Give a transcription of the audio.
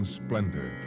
splendor